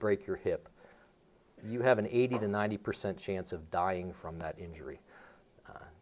break your hip you have an eighty to ninety percent chance of dying from that injury